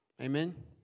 Amen